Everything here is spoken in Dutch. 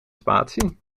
spatie